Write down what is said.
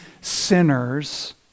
sinners